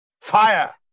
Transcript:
Fire